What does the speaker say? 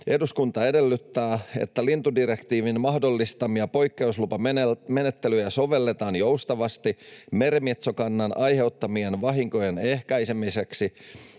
eduskunta edellyttää, että lintudirektiivin mahdollistamia poikkeuslupamenettelyjä sovelletaan joustavasti merimetsokannan aiheuttamien vahinkojen ehkäisemiseksi